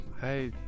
Hey